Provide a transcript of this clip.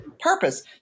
purpose